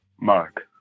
Mark